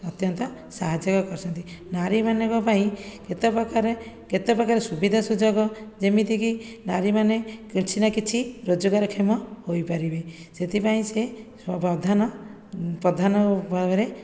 ଅତ୍ୟନ୍ତ ସାହାଯ୍ୟ କରିଛନ୍ତି ନାରୀ ମାନଙ୍କ ପାଇଁ କେତେ ପ୍ରକାର କେତେ ପ୍ରକାର ସୁବିଧା ସୁଯୋଗ ଯେମିତି କି ନାରୀ ମାନେ କିଛି ନା କିଛି ରୋଜଗାର କ୍ଷମ ହୋଇପାରିବେ ସେଥିପାଇଁ ସେ ପ୍ରଧାନ ପ୍ରଧାନ ଭାବରେ